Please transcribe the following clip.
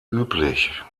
üblich